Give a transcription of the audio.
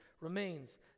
remains